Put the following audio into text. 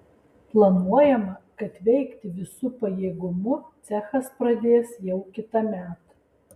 planuojama kad veikti visu pajėgumu cechas pradės jau kitąmet